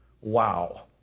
Wow